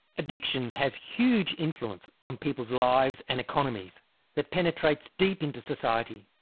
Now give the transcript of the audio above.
addiction has huge influence on people's lives and economies that permeates deep into society.